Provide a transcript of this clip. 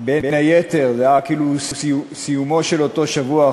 בין היתר זה היה כאילו סיומו של אותו שבוע,